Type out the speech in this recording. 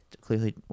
clearly